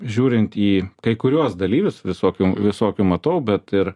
žiūrint į kai kuriuos dalyvius visokių visokių matau bet ir